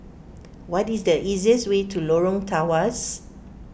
what is the easiest way to Lorong Tawas